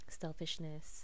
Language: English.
selfishness